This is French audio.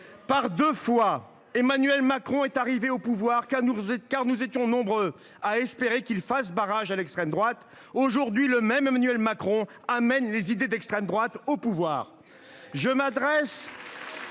Par deux fois, Emmanuel Macron est arrivé au pouvoir parce que nous étions nombreux à espérer qu’il fasse barrage à l’extrême droite. Aujourd’hui, le même Emmanuel Macron amène les idées d’extrême droite au pouvoir. Je m’adresse